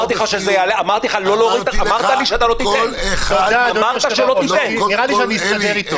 אמרת לי שאתה לא תיתן -- נראה לי שאני אסתדר איתו.